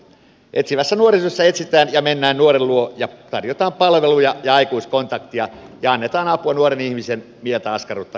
etsivässä nuorisotyössä etsiydytään ja mennään nuoren luo ja tarjotaan palveluja ja aikuiskontakteja ja annetaan apua ja vastataan nuoren ihmisen mieltä askarruttaviin kysymyksiin